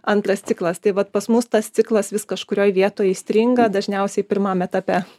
antras ciklas tai vat pas mus tas ciklas vis kažkurioj vietoj įstringa dažniausiai pirmam etape